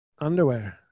underwear